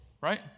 right